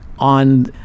on